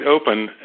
open